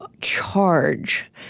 charge